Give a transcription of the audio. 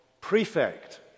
prefect